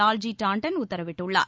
வால்ஜி டாண்டன் உத்தரவிட்டுள்ளார்